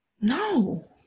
No